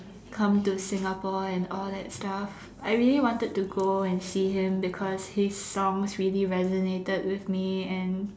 come to Singapore and all that stuff I really wanted to go and see him because his songs really resonated with me and